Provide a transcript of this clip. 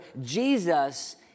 Jesus